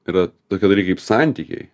yra tokie dalykai kaip santykiai